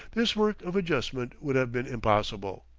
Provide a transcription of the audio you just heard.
this work of adjustment would have been impossible.